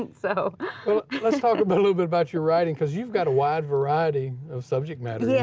and so let's talk a but little bit about your writing, because you've got a wide variety of subject matters yeah